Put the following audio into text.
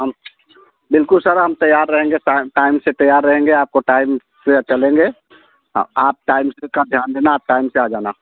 हम बिल्कुल सर हम तैयार रहेंगे टाइम से तैयार रहेंगे आपको टाइम से चलेंगे आप टाइम से इतना ध्यान देना आप टाइम से आ जाना